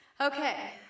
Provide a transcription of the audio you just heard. Okay